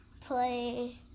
Play